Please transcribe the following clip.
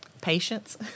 Patience